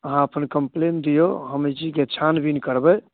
अहाँ अपन कम्पलेन दियौ हम अइ चीजके छानबीन करबै